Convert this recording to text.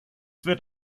wird